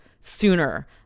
sooner